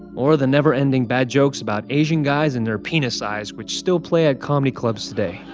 or the never ending bad jokes about asian guys and their penis size which still play at comedy clubs today?